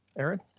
erin.